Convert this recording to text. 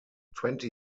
twenty